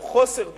או חוסר בהשתתפות,